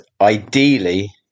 ideally